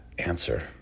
answer